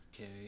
okay